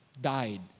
Died